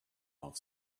off